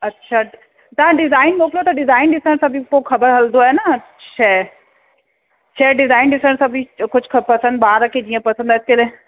अच्छा तव्हां डिजाइन मोकलियो त डिजाइन ॾिसां त बि पोइ ख़बर हलंदो आहे न शइ शइ डिजाइन ॾिसण सां बि जो कुझु ख पसंदि ॿार खे जीअं पसंदि अचे